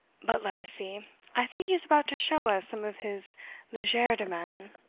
but let us see i think he is about to show us some of his legerdemain.